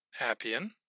Appian